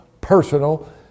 personal